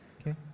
Okay